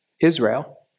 Israel